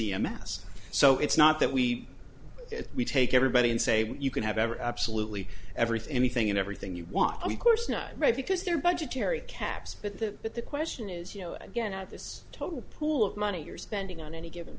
s so it's not that we if we take everybody and say you can have ever absolutely everything anything and everything you want of course not right because they're budgetary caps but that but the question is you know again at this total pool of money you're spending on any given